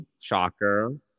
Shocker